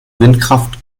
windkraft